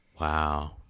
Wow